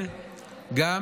כידוע,